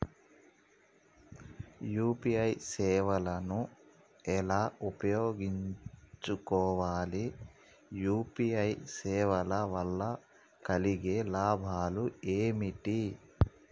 UPI సేవను ఎలా ఉపయోగించు కోవాలి? యూ.పీ.ఐ సేవల వల్ల కలిగే లాభాలు ఏమిటి?